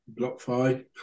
BlockFi